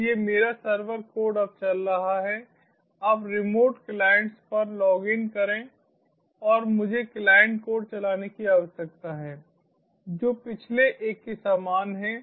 इसलिए मेरा server code अब चल रहा है अब रिमोट क्लाइंट पर लॉगिन करें और मुझे क्लाइंट कोड चलाने की आवश्यकता है जो पिछले एक के समान है